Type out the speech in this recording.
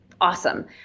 awesome